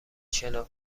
شنا